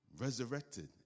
resurrected